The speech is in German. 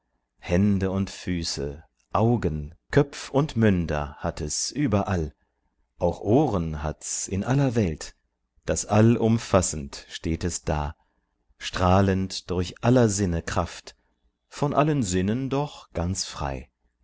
hände und füße augen köpf und münder hat es überall auch ohren hat's in aller welt das all umfassend steht es da strahlend durch aller sinne kraft von allen sinnen doch ganz frei